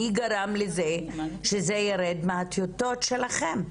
מי גרם לזה שזה ירד מהטיוטות שלכם?